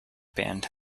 band